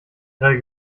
grell